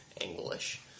English